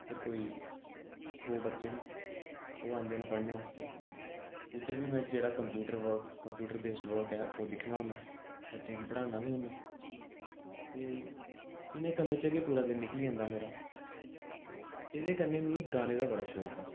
उद्धर कोई सौ बच्चे न ओह् आंदे न पढ़ने आस्तै उद्धर बी मैं जेह्ड़ा computer work computer based work ऐ ओह् दिक्खना होन्नां बच्चे गी पढ़ाना बी होन्नां ते इ'नें कम्में च गै पूरा दिन निकली जंदा मेरा ते एह्दे कन्नै मी गाने दा बड़ा शौक ऐ